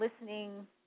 listening